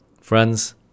Friends